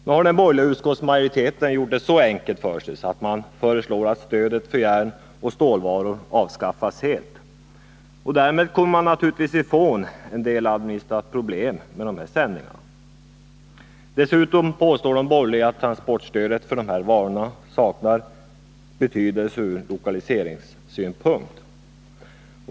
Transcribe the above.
Nu har den borgerliga utskottsmajoriteten gjort det så enkelt för sig, att man föreslår att stödet för järnoch stålvaror avskaffas helt. Därmed kommer man naturligtvis ifrån de administrativa problemen med dessa sändningar. Dessutom påstår de borgerliga att transportstödet för dessa varor saknar betydelse ur lokaliseringssynpunkt.